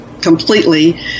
completely